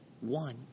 one